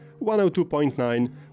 102.9